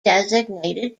designated